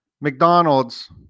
McDonald's